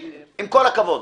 עם כל הכבוד,